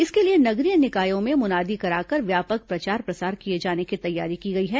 इसके लिए नगरीय निकायों में मुनादी कराकर व्यापक प्रचार प्रसार किए जाने की तैयारी की गई है